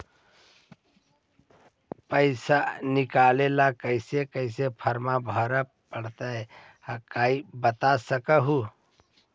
पैसा निकले ला कैसे कैसे फॉर्मा भरे परो हकाई बता सकनुह?